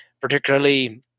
particularly